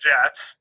Jets